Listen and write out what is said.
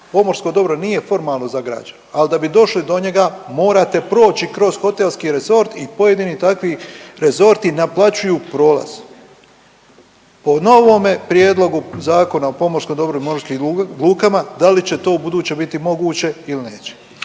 pomorsko dobro nije formalno zagrađeno, al da bi došli do njega morate proći kroz hotelski resort i pojedini takvi rezorti naplaćuju prolaz. Po novome prijedlogu Zakona o pomorskom dobrom i morskim lukama da li će to ubuduće biti moguće il neće?